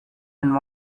and